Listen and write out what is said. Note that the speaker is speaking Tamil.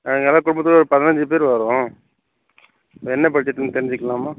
நாங்கள்லாம் குடும்பத்தோடு ஒரு பதினைஞ்சு பேர் வர்றோம் என்ன பட்ஜெட்னு தெரிஞ்சுக்கிலாமா